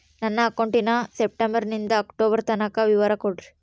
ನನ್ನ ಅಕೌಂಟಿನ ಸೆಪ್ಟೆಂಬರನಿಂದ ಅಕ್ಟೋಬರ್ ತನಕ ವಿವರ ಕೊಡ್ರಿ?